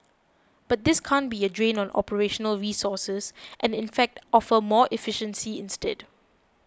but this can't be a drain on operational resources and in fact offer more efficiency instead